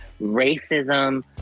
racism